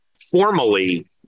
formally